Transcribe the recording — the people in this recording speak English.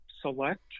select